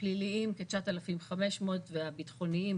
הפליליים כ-9,500 והביטחוניים